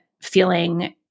feeling